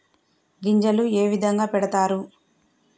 గింజలు ఏ విధంగా పెడతారు?